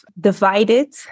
divided